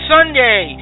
Sunday